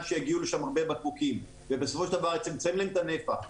שיגיעו לשם הרבה בקבוקים ובסופו של דבר זה יצמצם להם את הנפח,